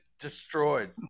Destroyed